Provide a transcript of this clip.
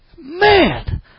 man